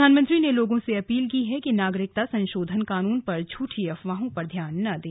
प्रधानमंत्री ने लोगों से अपील की है कि नागरिकता संशोधन कानून पर झूठी अफवाहों पर ध्यान न दें